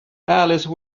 alice